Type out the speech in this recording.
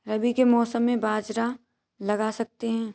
रवि के मौसम में बाजरा लगा सकते हैं?